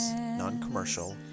non-commercial